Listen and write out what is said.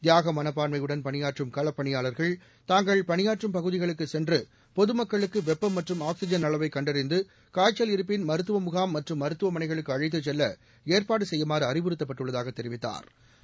தியாக மனப்பான்மையுடன் பணியாற்றும் களப்பணியாளா்கள் தாங்கள் பணியாற்றும் பகுதிகளுக்குச் சென்று பொதுமக்களுக்கு வெப்பம் மற்றும் ஆக்ஸிஜன் அளவை கண்டறிந்து காய்ச்சல் இருப்பின் முகாம் மற்றும் மருத்துவமனைகளுக்கு அழைத்துச் செல்ல ஏற்பாடு மருத்துவ செய்யுமாறு அறிவுறுத்தப்பட்டுள்ளதாகத் தெரிவித்தாா்